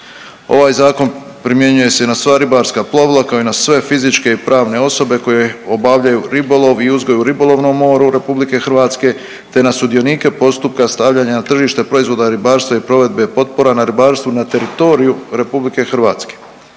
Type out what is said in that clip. Ovaj zakon primjenjuje se na sva ribarska plovila kao i na sve fizičke i pravne osobe koje obavljaju ribolov i uzgoj u ribolovnom moru RH te na sudionike postupka stavljanja na tržište proizvoda ribarstva i provedbe potpora na ribarstvu na teritoriju RH. Također